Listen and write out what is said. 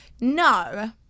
no